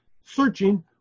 Searching